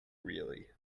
really